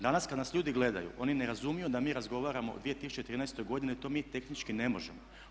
Danas kad nas ljudi gledaju oni ne razumiju da mi razgovaramo o 2013.godini jer mi to tehnički ne možemo.